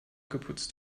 geputzt